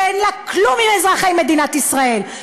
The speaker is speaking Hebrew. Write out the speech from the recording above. שאין לה כלום עם אזרחי מדינת ישראל,